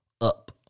up